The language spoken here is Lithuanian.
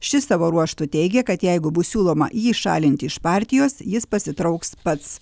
ši savo ruožtu teigia kad jeigu bus siūloma jį šalinti iš partijos jis pasitrauks pats